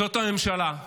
זאת הממשלה,